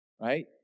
right